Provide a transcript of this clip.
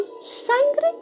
sangre